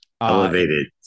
elevated